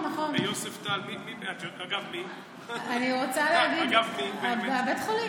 גם באילת, ביוספטל.